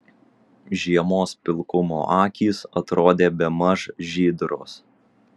žiemos pilkumo akys atrodė bemaž žydros